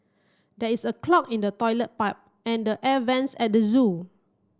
there is a clog in the toilet pipe and the air vents at the zoo